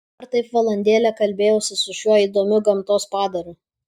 dar taip valandėlę kalbėjausi su šiuo įdomiu gamtos padaru